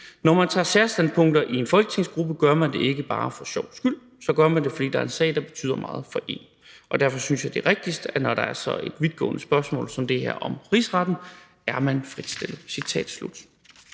»Når man tager særstandpunkter i en folketingsgruppe, gør man det jo ikke bare for sjov skyld. Så gør man det, fordi det er en sag, som betyder noget for én. Og derfor synes jeg, det er rigtigst, når det er så vidtgående spørgsmål som det her om Rigsretten, at man er fritstillet.« Sluttelig